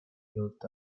built